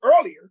earlier